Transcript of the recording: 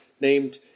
named